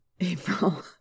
April